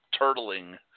turtling